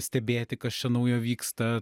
stebėti kas čia naujo vyksta